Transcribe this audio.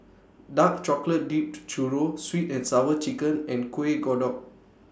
Dark Chocolate Dipped Churro Sweet and Sour Chicken and Kuih Kodok